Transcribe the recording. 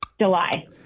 July